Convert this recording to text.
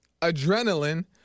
adrenaline